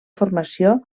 formació